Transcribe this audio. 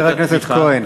חבר הכנסת כהן.